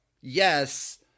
yes